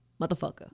motherfucker